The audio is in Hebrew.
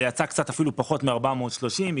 וזה יצא 412 שקלים.